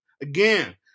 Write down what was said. again